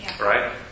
right